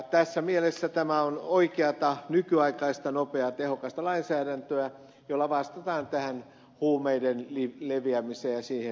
tässä mielessä tämä on oikeata nykyaikaista nopeaa tehokasta lainsäädäntöä jolla vastataan huumeiden leviämiseen ja siihen liittyvään liiketoimintaan